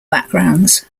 backgrounds